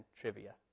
trivia